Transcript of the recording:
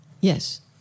Yes